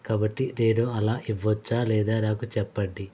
కాబట్టి నేను అలా ఇవ్వచ్చా లేదా నాకు చెప్పండి